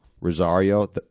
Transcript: Rosario